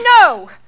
No